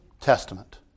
Testament